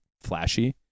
flashy